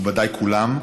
מכובדיי כולם,